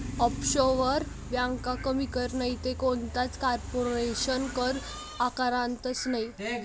offshore ब्यांका कमी कर नैते कोणताच कारपोरेशन कर आकारतंस नयी